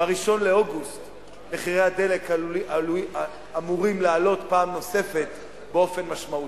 ב-1 באוגוסט מחירי הדלק אמורים לעלות פעם נוספת באופן משמעותי,